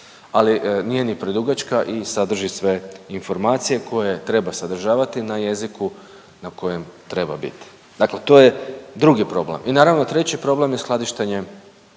ali nije ni predugačka i sadrži sve informacije koje treba sadržavati na jeziku na kojem treba biti. Dakle, to je drugi problem. I naravno treći problem je skladištenje